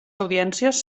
audiències